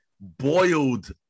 Boiled